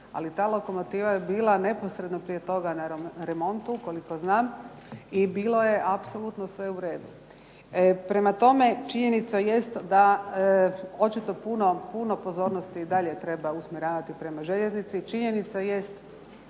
ali ta lokomotiva je bila neposredno prije toga na remontu koliko znam i bilo je apsolutno sve u redu. Prema tome, činjenica jest da očito puno pozornosti i dalje treba usmjeravati prema željeznici, činjenica jeste